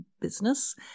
business